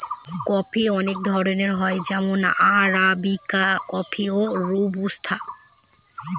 coffee অনেক ধরনের হয় যেমন আরাবিকা কফি, রোবুস্তা